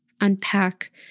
unpack